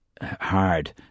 hard